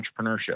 entrepreneurship